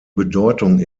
bedeutung